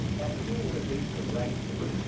at who were they directed?